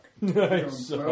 Nice